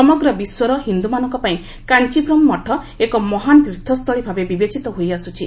ସମଗ୍ର ବିଶ୍ୱର ହିନ୍ଦୁମାନଙ୍କ ପାଇଁ କାଞ୍ଚପୁରମ୍ ମଠ ଏକ ମହାନ୍ ତୀର୍ଥସ୍ଥଳୀ ଭାବେ ବିବେଚିତ ହୋଇଆସ୍କୁଛି